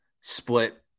split –